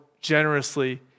generously